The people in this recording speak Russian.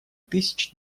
тысячи